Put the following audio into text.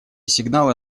сигналы